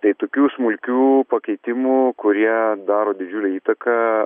tai tokių smulkių pakeitimų kurie daro didžiulę įtaką